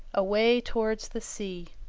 away towards the sea.